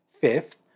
Fifth